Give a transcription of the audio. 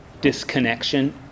disconnection